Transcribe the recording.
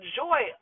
joy